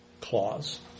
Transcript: clause